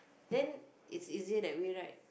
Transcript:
then it's easier that way right